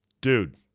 Dude